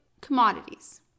commodities